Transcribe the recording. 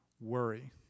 worry